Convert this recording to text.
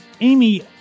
Amy